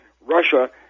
Russia